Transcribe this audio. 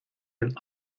den